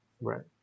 Right